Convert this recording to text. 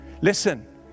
Listen